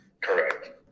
Correct